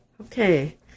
Okay